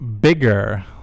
bigger